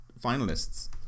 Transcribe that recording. finalists